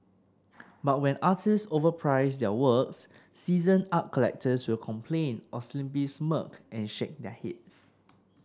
but when artists overprice their works seasoned art collectors will complain or simply smirk and shake their heads